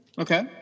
Okay